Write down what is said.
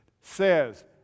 says